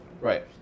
Right